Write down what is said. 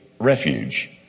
refuge